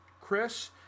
Chris